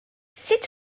sut